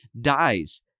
dies